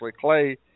clay